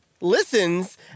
listens